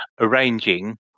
arranging